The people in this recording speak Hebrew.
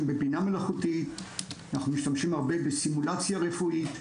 בבינה מלאכותית ובסימולציה רפואית.